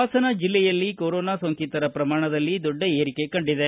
ಪಾಸನ ಜಿಲ್ಲೆಯಲ್ಲಿ ಕೊರೋನಾ ಸೋಂಕಿತರ ಪ್ರಮಾಣದಲ್ಲಿ ದೊಡ್ಡ ಏರಿಕೆ ಕಂಡಿದೆ